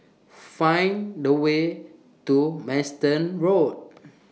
Find The Way to Manston Road